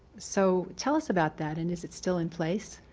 so tell us about that and is it still in place.